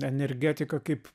energetiką kaip